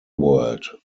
world